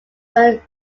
were